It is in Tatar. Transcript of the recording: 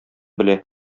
белә